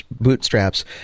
bootstraps